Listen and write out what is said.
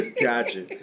Gotcha